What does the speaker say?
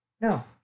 No